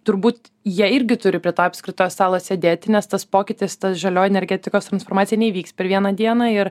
turbūt jie irgi turi prie to apskrito stalo sėdėti nes tas pokytis tas žalioji energetikos transformacija neįvyks per vieną dieną ir